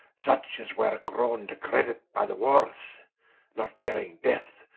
such as were growne to credit by the warres not fearing death,